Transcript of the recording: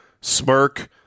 smirk